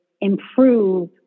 improve